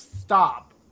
stop